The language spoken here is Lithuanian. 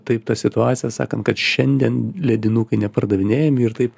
taip tą situaciją sakan kad šiandien ledinukai nepardavinėjami ir taip